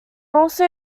also